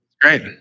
Great